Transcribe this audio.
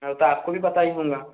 हाँ वह तो आपको भी पता ही होगा